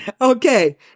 Okay